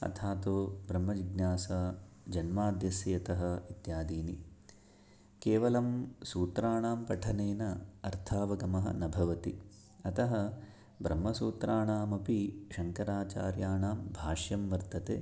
अथातो ब्रह्मजिज्ञासा जन्माद्यस्य यतः इत्यादीनि केवलं सूत्राणां पठनेन अर्थावगमः न भवति अतः ब्रह्मसूत्राणामपि शङ्कराचार्याणां भाष्यं वर्तते